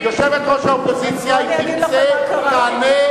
עכשיו יושבת-ראש האופוזיציה, אם תרצה, תענה.